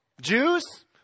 Jews